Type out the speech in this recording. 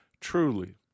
truly